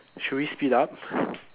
should we speed up